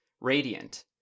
Radiant